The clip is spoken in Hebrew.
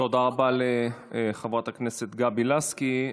תודה רבה לחברת הכנסת גבי לסקי.